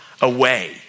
away